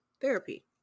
therapy